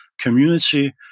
community